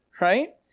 right